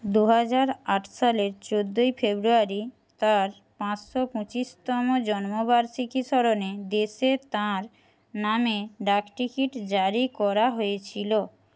দু হাজার আট সালের চোদ্দোই ফেব্রুয়ারী তাঁর পাঁচশো পঁচিশতম জন্মবার্ষিকী স্মরণে দেশে তাঁর নামে ডাকটিকিট জারি করা হয়েছিলো